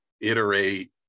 iterate